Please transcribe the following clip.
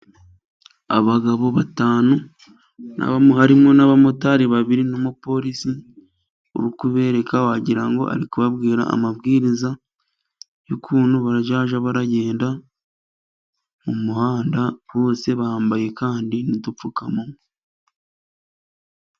Abagabo batanu harimo n'abamotari babiri, n'umupolisi uri kubereka wagira ngo ari kubabwira amabwiriza, y'ukuntu bazajya bagenda mu muhanda, bose bambaye Kandi udupfukamunwa.